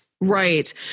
Right